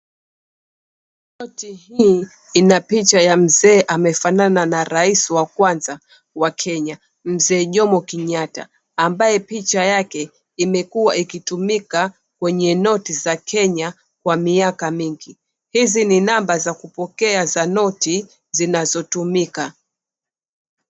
Noti hii ina picha ya mzee amefanana na rais wa kwanza wa kenya, mzee Jomo Keyatta ambaye picha yake imekuwa ikitumika kwenye noti za Kenya kwa miaka mingi. Hizi ni namba za kupokea za noti zinazotumika.